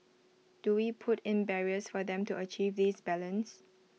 do we put in barriers for them to achieve this balance